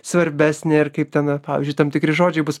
svarbesnė ar kaip ten pavyzdžiui tam tikri žodžiai bus